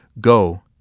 Go